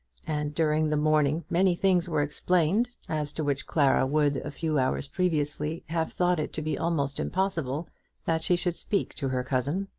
and during the morning many things were explained, as to which clara would a few hours previously have thought it to be almost impossible that she should speak to her cousin.